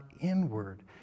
inward